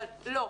אבל לא,